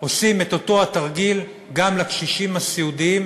עושים את אותו התרגיל גם לקשישים הסיעודיים,